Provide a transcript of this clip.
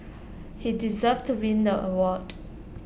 he deserved to win the award